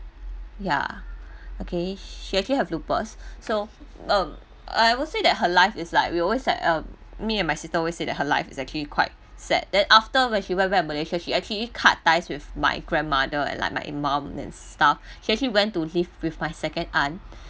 ya okay she actually have lupus so um I will say that her life is like we always like um me and my sister always say that her life is actually quite sad then after when she went back malaysia she actually cut ties with my grandmother and like my mum and stuff she actually went to live with my second aunt